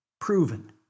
proven